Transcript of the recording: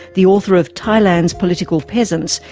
the author of thailand's political peasants,